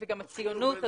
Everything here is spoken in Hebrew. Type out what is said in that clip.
וגם הציונות,